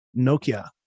nokia